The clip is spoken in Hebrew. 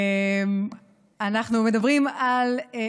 אנחנו מדברים על,